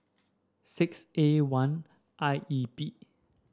six A one I E P